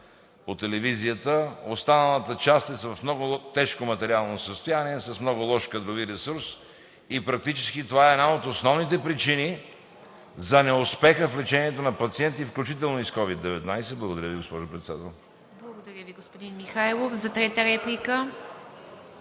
по телевизията, останалата част са в много тежко материално състояние, с много лош кадрови ресурс и практически това е една от основните причини за неуспеха в лечението на пациенти, включително и с COVID-19. Благодаря Ви, госпожо Председател. ПРЕДСЕДАТЕЛ ИВА МИТЕВА: Благодаря Ви, господин Михайлов. За трета реплика?